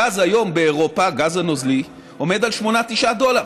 היום הגז באירופה, הגז הנוזלי, עומד על 8 9 דולר,